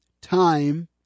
time